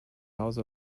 house